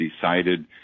decided